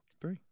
Three